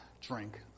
drink